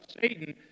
Satan